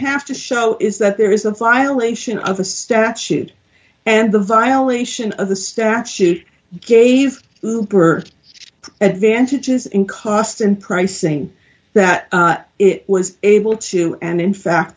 have to show is that there is a violation of a statute and the violation of the statute gave birth advantages in cost and pricing that it was able to and in fact